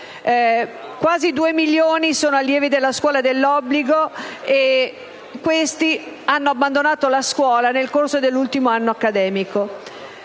Quasi due milioni sono gli allievi della scuola dell'obbligo che hanno abbandonato gli studi nel corso dell'ultimo anno accademico.